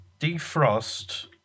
Defrost